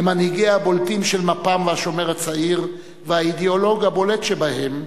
מהמנהיגים הבולטים של מפ"ם ו"השומר הצעיר" והאידיאולוג הבולט שבהם,